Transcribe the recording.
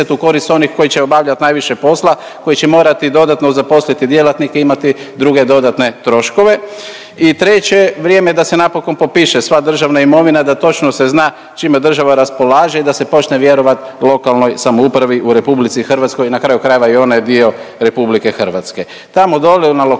u korist onih koji će obavljat najviše posla, koji će morati dodatno zaposliti djelatnike i imati druge dodatne troškove. I treće, vrijeme je da se napokon popiše sva državna imovina da točno se zna čime država raspolaže i da se počne vjerovat lokalnoj samoupravi u RH, na kraju krajeva i ona je dio RH. Tamo dole na lokalu